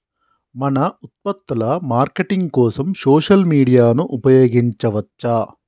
మన ఉత్పత్తుల మార్కెటింగ్ కోసం సోషల్ మీడియాను ఉపయోగించవచ్చా?